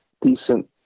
decent